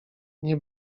nie